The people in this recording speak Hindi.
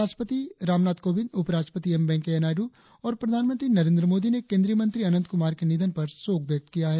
राष्ट्रपति रामनाथ कोविंद उपराष्ट्रपति एम वेंकैया नायड्र और प्रधानमंत्री नरेंद्र मोदी ने केंद्रीय मंत्री अनंत कुमार के निधन पर शोक व्यक्त किया है